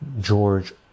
George